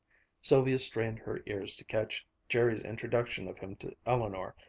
sylvia strained her ears to catch jerry's introduction of him to eleanor,